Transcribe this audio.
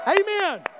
Amen